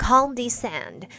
Condescend